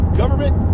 government